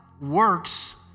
works